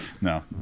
No